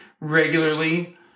regularly